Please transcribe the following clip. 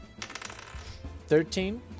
Thirteen